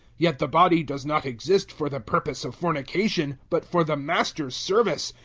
yet the body does not exist for the purpose of fornication, but for the master's service,